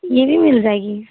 यह भी मिल जाएगी